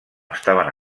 estaven